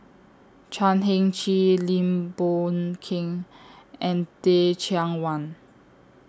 Chan Heng Chee Lim Boon Keng and Teh Cheang Wan